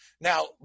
Now